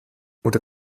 unter